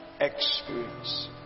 experience